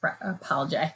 apology